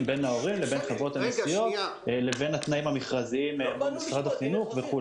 בין ההורים לבין חברות הנסיעות לבין התנאים המכרזיים מול משרד החינוך,